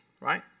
right